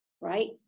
right